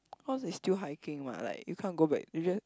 cause it's still hiking [what] like you can't go back you just